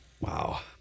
Wow